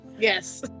Yes